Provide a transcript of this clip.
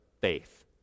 faith